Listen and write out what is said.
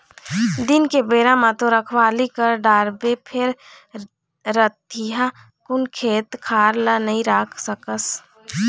दिन के बेरा म तो रखवाली कर डारबे फेर रतिहा कुन खेत खार ल नइ राख सकस